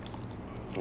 okay